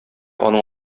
аның